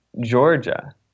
Georgia